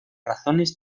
razones